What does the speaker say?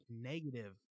negative